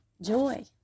joy